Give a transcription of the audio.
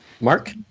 mark